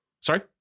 Sorry